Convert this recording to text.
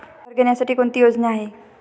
घर घेण्यासाठी कोणती योजना आहे?